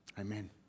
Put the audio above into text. Amen